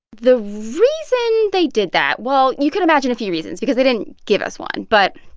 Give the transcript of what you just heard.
the reason they did that well, you can imagine a few reasons because they didn't give us one but,